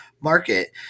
market